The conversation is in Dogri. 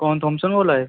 कौन बोल्ला दे